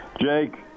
Jake